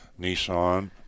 Nissan